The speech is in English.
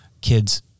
kids